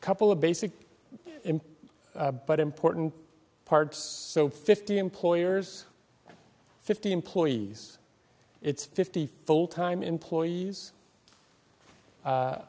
couple of basic but important parts so fifty employers fifty employees it's fifty full time employees